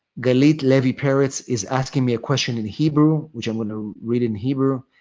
galed levi peretz is asking me a question in hebrew, which i'm going to read in hebrew.